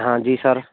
हाॅं जी सर